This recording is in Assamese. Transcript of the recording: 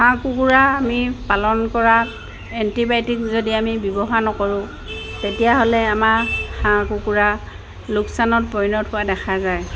হাঁহ কুকুৰা আমি পালন কৰা এণ্টিবায়'টিক যদি আমি ব্যৱহাৰ নকৰোঁ তেতিয়াহ'লে আমাৰ হাঁহ কুকুৰা লোকচানত পৰিণত হোৱা দেখা যায়